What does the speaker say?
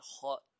hot